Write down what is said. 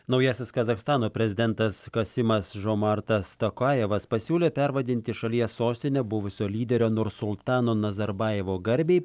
naujasis kazachstano prezidentas kasymas žomartas tokajevas pasiūlė pervadinti šalies sostinę buvusio lyderio nursultano nazarbajevo garbei